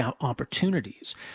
opportunities